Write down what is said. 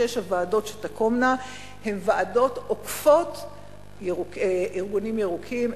שש הוועדות שתקומנה הן ועדות עוקפות ארגונים ירוקים,